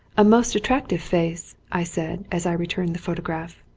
a most attractive face, i said as i returned the photograph.